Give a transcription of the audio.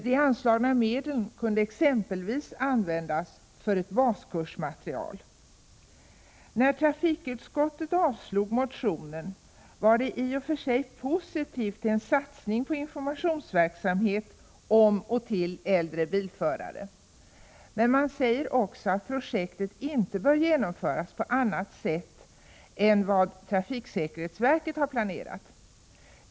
De anslagna medlen kunde exempelvis användas för ett baskursmaterial. 115 När trafikutskottet avstyrkte motionen var det i och för sig positivt till en satsning på information om och till äldre bilförare. Men man säger också att projektet inte bör genomföras på annat sätt än vad trafiksäkerhetsverket har planerat.